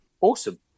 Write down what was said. Awesome